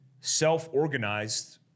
self-organized